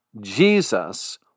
Jesus